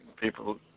people